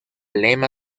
lema